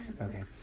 Okay